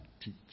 teach